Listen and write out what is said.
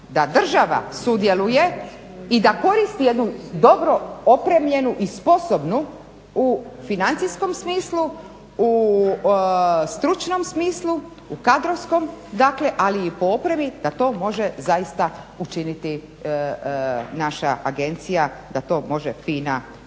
da država sudjeluje i da koristi jednu dobro opremljenu i sposobnu u financijskom smislu u stručnom smislu, u kadrovskom, ali i po opremi da to može učiniti naša agencija da to može FINA učiniti